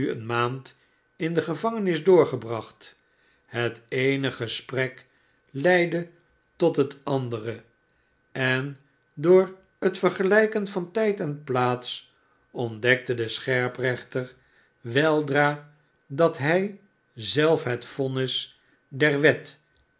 eene maand in de gevangenis doorgebracht het eene gesprek leidde tot het andere en door het vergelijken van trjd en plaats ontdekte de scherprechter weldra dat hij zelf het vonnis der wet